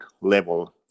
level